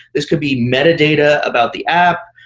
this could be metadata about the app.